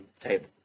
table